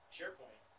SharePoint